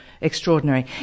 extraordinary